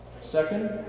Second